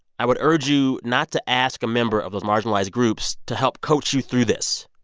i would urge you not to ask a member of those marginalized groups to help coach you through this.